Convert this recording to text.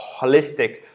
holistic